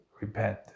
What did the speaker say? repent